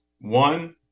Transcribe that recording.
One